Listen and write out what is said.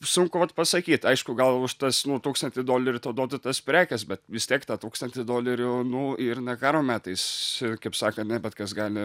sunku vat pasakyt aišku gal už tas nu tūkstantį dolerių tau duoda tas prekes bet vis tiek tą tūkstantį dolerių nu ir ne karo metais kaip sakant ne bet kas gali